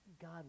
God